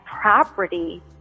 property